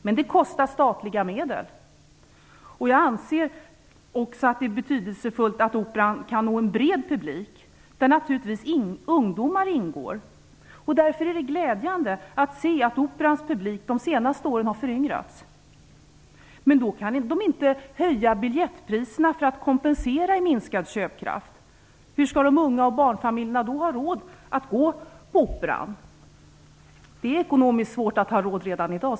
Men det kostar statliga medel. Jag anser också att det är betydelsefullt att Operan kan nå en bred publik, där naturligtvis ungdomar ingår. Därför är det glädjande att se att Operans publik under de senaste åren har föryngrats. Men då kan man inte höja biljettpriserna för att kompensera för en minskad köpkraft. Hur skall de unga och barnfamiljerna då ha råd att gå på Operan? Det är ekonomiskt svårt att ha råd redan i dag.